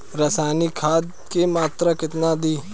रसायनिक खाद के मात्रा केतना दी?